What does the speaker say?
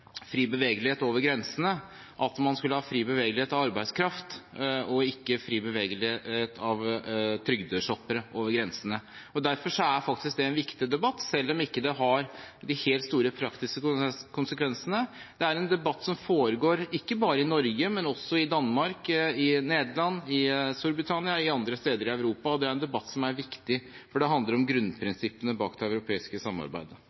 fri bevegelighet over grensene, at man skulle ha fri bevegelighet av arbeidskraft og ikke fri bevegelighet av trygdeshoppere over grensene. Derfor er det faktisk en viktig debatt, selv om det ikke har de helt store praktiske konsekvensene. Det er en debatt som foregår ikke bare i Norge, men også i Danmark, Nederland, Storbritannia og andre steder i Europa, og det er en debatt som er viktig, for det handler om grunnprinsippene bak det europeiske samarbeidet.